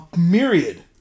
myriad